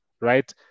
right